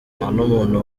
n’umuntu